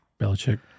Belichick